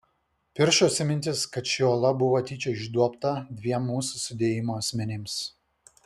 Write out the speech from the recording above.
piršosi mintis kad ši ola buvo tyčia išduobta dviem mūsų sudėjimo asmenims